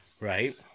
right